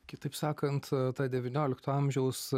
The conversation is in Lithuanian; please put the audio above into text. kitaip sakant ta devyniolikto amžiaus